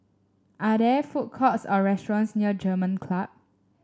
are there food courts or restaurants near German Club